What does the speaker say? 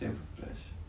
seven plus